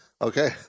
okay